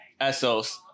Essos